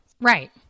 Right